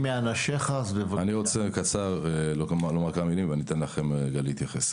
אומר בקצרה כמה מילים ואתן לכם רגע להתייחס.